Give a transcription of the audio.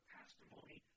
testimony